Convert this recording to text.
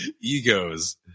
egos